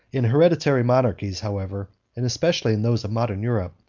in hereditary monarchies, however, and especially in those of modern europe,